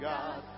God